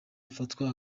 afatwa